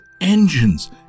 engines